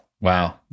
Wow